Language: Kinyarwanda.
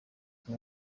abo